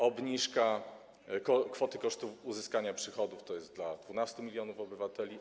Obniżka kwoty kosztów uzyskania przychodów jest dla 12 mln obywateli.